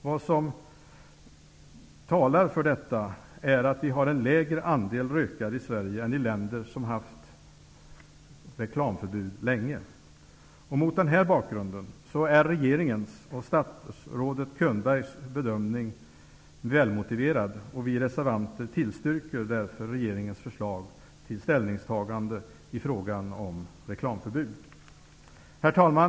Vad som talar för detta är att vi har en mindre andel rökare i Sverige än man har i länder som länge har haft reklamförbud. Mot denna bakgrund är regeringens och statsrådet Könbergs bedömning välmotiverad, och vi reservanter tillstyrker därför regeringens förslag till ställningstagande i frågan om reklamförbud. Herr talman!